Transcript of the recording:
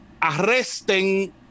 Arresten